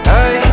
Hey